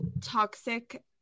toxic